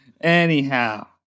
Anyhow